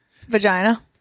Vagina